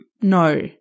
no